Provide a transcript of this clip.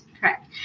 Correct